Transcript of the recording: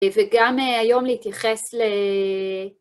וגם היום להתייחס ל...